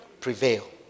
prevail